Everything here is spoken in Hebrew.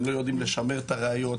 לשמר את הראיות,